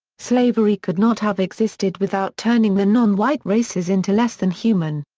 slavery could not have existed without turning the non-white races into less than human.